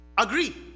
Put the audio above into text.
Agree